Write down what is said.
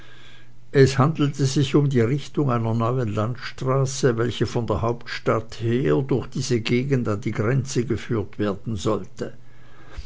es handelte sich um die richtung einer neuen landstraße welche von der hauptstadt her durch diese gegend an die grenze geführt werden sollte